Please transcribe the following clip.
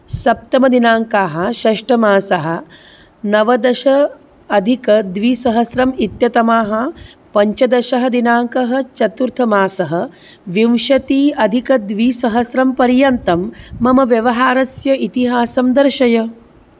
सप्तमदिनाङ्कः षष्टमासः नवदश अधिकद्विसहस्रम् इति तमः पञ्चदश दिनाङ्कः चतुर्थमासः विंशतिः अधिकद्विसहस्रं पर्यन्तं मम व्यवहारस्य इतिहासं दर्शय